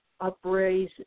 upraise